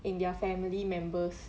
in their family members